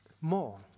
more